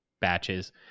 batches